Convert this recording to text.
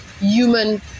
human